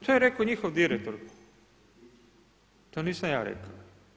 To je rekao njihov direktor, to nisam ja rekao.